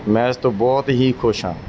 ਮੈਂ ਇਸ ਤੋਂ ਬਹੁਤ ਹੀ ਖੁਸ਼ ਹਾਂ